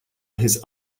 his